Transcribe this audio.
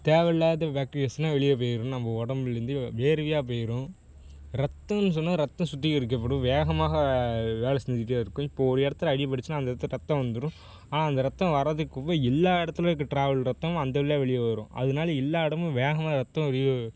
தேவையில்லாத பேக்டீரியாஸ்லாம் வெளியே போயிரும் நம்ம உடம்புலேர்ந்து வேர்வையா போயிரும் ரத்தம்னு சொன்னால் ரத்தம் சுத்திகரிக்கப்படும் வேகமாக வேலை செஞ்சிகிட்டே இருக்கும் இப்போது ஒரு இடத்துல அடிப்பட்டுச்சின்னால் அந்த இடத்துல ரத்தம் வந்துடும் ஆனால் அந்த ரத்தம் வர்றதுக்குப்போக எல்லா இடத்துலயும் இருக்க ட்ராவல் ரத்தம் அந்த வழியா வெளியே வரும் அதனால எல்லா இடமும் வேகமாக ரத்தம் வெளியே